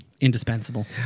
Indispensable